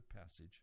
passage